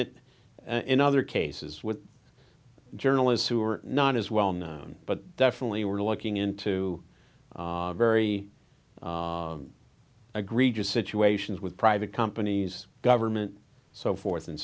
it in other cases with journalists who are not as well known but definitely we're looking into very agree just situations with private companies government so forth and